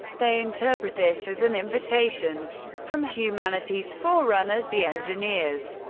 they interpret this as an invitation from humanity's forerunners, the engineers.